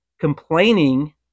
complaining